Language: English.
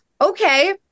Okay